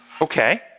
Okay